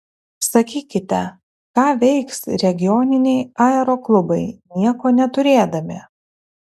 sakykite ką veiks regioniniai aeroklubai nieko neturėdami